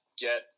get